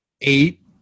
eight